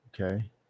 Okay